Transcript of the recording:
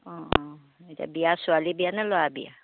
অ' অ' এতিয়া বিয়া ছোৱালী বিয়া নে ল'ৰা বিয়া